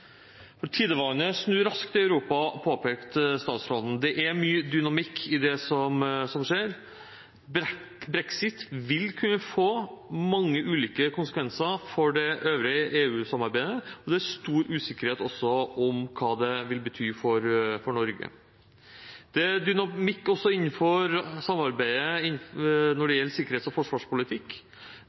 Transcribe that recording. raskt i Europa, påpekte statsråden. Det er mye dynamikk i det som skjer. Brexit vil kunne få mange ulike konsekvenser for det øvrige EU-samarbeidet, og det er også stor usikkerhet om hva det vil bety for Norge. Det er dynamikk innenfor samarbeidet også når det gjelder sikkerhets- og forsvarspolitikk.